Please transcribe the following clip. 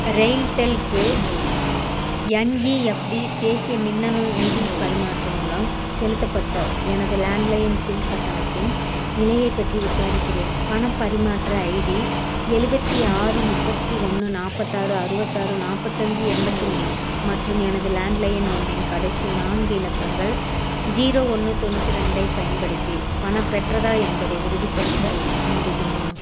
ரெயில்டெல்க்கு NEFT தேசிய மின்னணு நிதி பரிமாற்றம் மூலம் செலுத்தப்பட்ட எனது லேண்ட்லையன் பில் கட்டணத்தின் நிலையைப் பற்றி விசாரிக்கிறேன் பணப் பரிமாற்ற ஐடி எழுபத்தி ஆறு முப்பத்தி ஒன்று நாற்பத்தாறு அறுபத்தாறு நாற்பத்தஞ்சு எண்பத்தி மூணு மற்றும் எனது லேண்ட்லையன் எண்ணின் கடைசி நான்கு இலக்கங்கள் ஜீரோ ஒன்று தொண்ணூற்று ரெண்டைப் பயன்படுத்தி பணம் பெற்றதா என்பதை உறுதிப்படுத்த முடியுமா